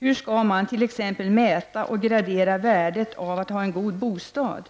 Hur skall man t.ex. mäta och gradera värdet av att ha en god bostad,